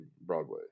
Broadway